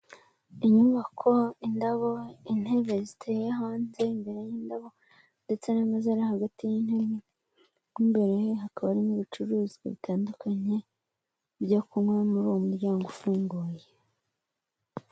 Inyubako, indabo, intebe ziteye hanze, imbere y'indabo ndetse n'ameza ari hagati y'intebe hakaba n'ibicuruzwa bitandukanye byo kunywa muri uwo muryango ufunguye.